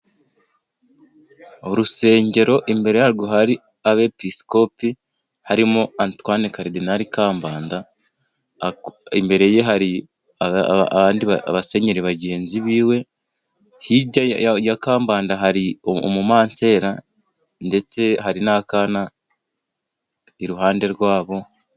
Urusengero imbere yarwo hari abepiskopi harimo Atwane caridinali Kambanda imbere ye hari abandi basenyeri bagenzi be hirya ya Kambanda hari umumansera ndetse hari n'akana iruhande rwabo.